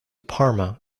parma